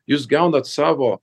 jūs gaunat savo